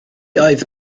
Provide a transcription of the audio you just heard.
oedd